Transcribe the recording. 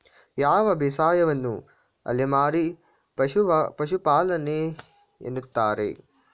ಯಾವ ಬೇಸಾಯವನ್ನು ಅಲೆಮಾರಿ ಪಶುಪಾಲನೆ ಎನ್ನುತ್ತಾರೆ?